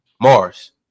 Mars